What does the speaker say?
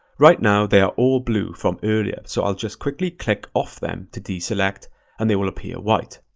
right now, they are all blue from earlier, so i'll just quickly click off them to deselect and they will appear white.